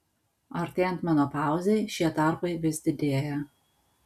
artėjant menopauzei šie tarpai vis didėja